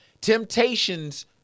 Temptations